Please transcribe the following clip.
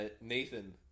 Nathan